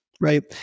Right